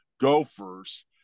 Gophers